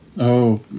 Oh